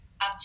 up